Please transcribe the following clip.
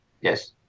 Yes